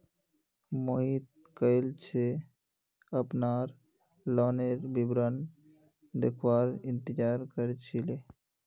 मोहित कइल स अपनार लोनेर विवरण देखवार इंतजार कर छिले